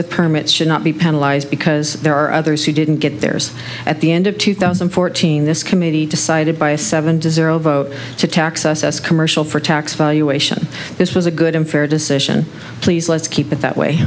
with permits should not be penalized because there are others who didn't get theirs at the end of two thousand and fourteen this committee decided by a seven to zero vote to tax us as commercial for tax valuation this was a good and fair decision please let's keep it that way